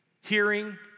hearing